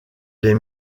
les